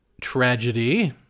tragedy